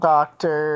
Doctor